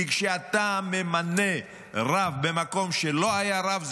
כי כשאתה ממנה רב במקום שלא היה בו רב,